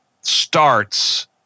starts